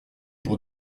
pour